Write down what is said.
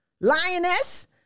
lioness